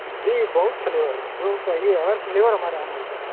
जी बहुत फ्लेवर हैं जो चाहिए हर फ्लेवर हमारे यहाँ मिलता है